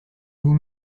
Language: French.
vous